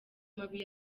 mabi